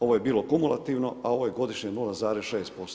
Ovo je bilo kumulativno, a ovo je godišnje 0,6%